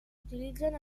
utilitzen